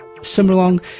Summer-long